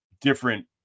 different